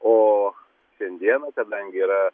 o šiandieną kadangi yra